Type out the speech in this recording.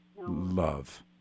Love